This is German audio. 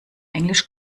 englisch